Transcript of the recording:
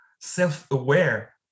self-aware